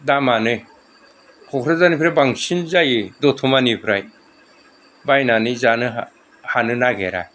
दामानो क'क्राझारनिफ्रायबो बांसिन जायो दतमानिफ्राय बायननै जानो हानो नागेरा